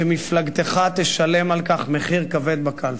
שמפלגתך תשלם על כך מחיר כבד בקלפי.